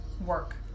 work